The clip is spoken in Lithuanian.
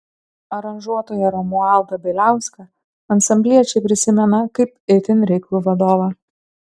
aranžuotoją romualdą bieliauską ansambliečiai prisimena kaip itin reiklų vadovą